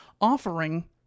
offering